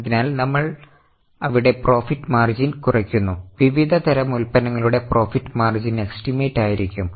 അതിനാൽ നമ്മൾ അവിടെ പ്രൊഫിറ്റ് മാർജിൻ കുറയ്ക്കുന്നു വിവിധ തരം ഉൽപ്പന്നങ്ങളുടെ പ്രൊഫിറ്റ് മാർജിൻ എസ്റ്റിമേറ്റ് ആയിരിക്കും